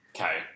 Okay